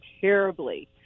terribly